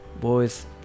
boys